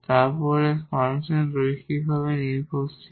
তারপর ফাংশন লিনিয়ারভাবে ডিপেন্ডেট